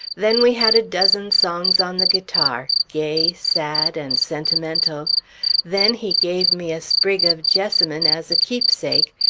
then we had a dozen songs on the guitar, gay, sad, and sentimental then he gave me a sprig of jessamine as a keepsake,